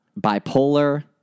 Bipolar